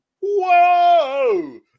Whoa